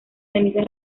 cenizas